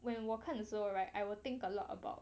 when 我看的时候 right I will think a lot about